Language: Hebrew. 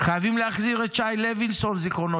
יש פה משפחות שלמות